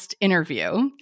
interview